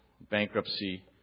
bankruptcy